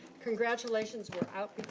congratulations, we're out